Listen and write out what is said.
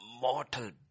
mortal